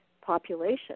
population